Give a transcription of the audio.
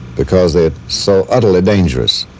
because they're so utterly dangerous.